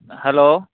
hello